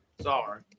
sorry